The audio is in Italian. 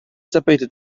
sapete